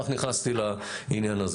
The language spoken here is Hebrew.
כך נכנסתי לעניין הזה.